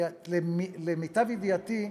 למיטב ידיעתי,